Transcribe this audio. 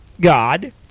God